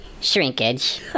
shrinkage